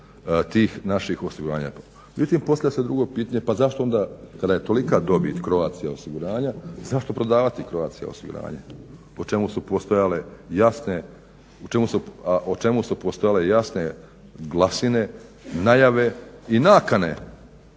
tih naših osiguranja … Međutim, postavlja se drugo pitanje, pa zašto onda kada je tolika dobit Croatia osiguranja zašto prodavati Croatia osiguranje? A u čemu su postojale jasne glasine, najave i nakane